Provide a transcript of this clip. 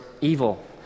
evil